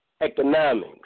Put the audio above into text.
economics